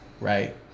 right